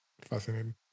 Fascinating